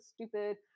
stupid